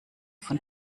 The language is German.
von